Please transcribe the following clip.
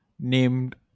named